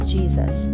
Jesus